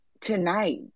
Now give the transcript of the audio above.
tonight